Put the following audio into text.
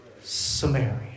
Samaria